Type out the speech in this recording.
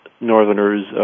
northerners